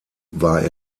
war